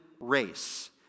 race